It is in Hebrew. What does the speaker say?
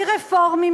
מרפורמים,